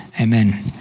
Amen